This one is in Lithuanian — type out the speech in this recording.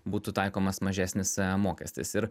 būtų taikomas mažesnis mokestis ir